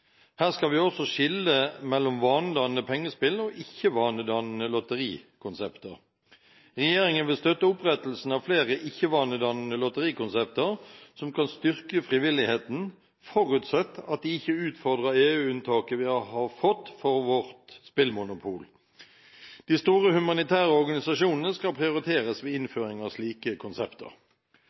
Her skal vi også skille mellom vanedannende pengespill og ikke-vanedannende lotterikonsepter. Regjeringen vil støtte opprettelsen av flere ikke-vanedannende lotterikonsepter som kan styrke frivilligheten, forutsatt at de ikke utfordrer EU-unntaket vi har fått for vårt spillmonopol. De store humanitære organisasjonene skal prioriteres ved innføring av slike konsepter.